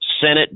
Senate